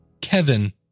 Kevin